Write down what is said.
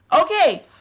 Okay